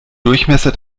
durchmesser